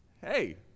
Hey